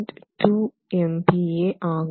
2MPa ஆகும்